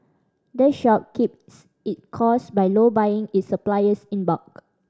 the shop keeps it cost by low buying its supplies in bulk